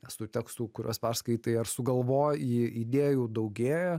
nes tų tekstų kuriuos perskaitai ar sugalvoji idėjų daugėja